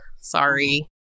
Sorry